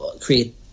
create